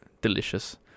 Delicious